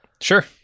Sure